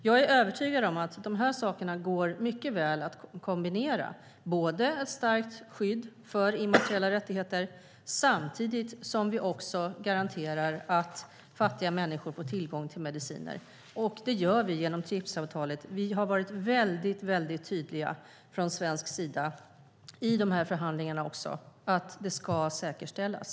Jag är övertygad om att de här sakerna mycket väl går att kombinera, ett starkt skydd för immateriella rättigheter samtidigt som vi garanterar att fattiga människor får tillgång till mediciner. Och det gör vi genom TRIPS-avtalet. Vi har från svensk sida varit väldigt tydliga i förhandlingarna med att det ska säkerställas.